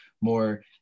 more